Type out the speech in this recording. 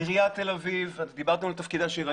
עיריית תל אביב, ודיברתם על תפקידה של העיר.